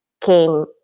came